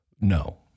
No